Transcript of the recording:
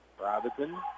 Robinson